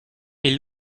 est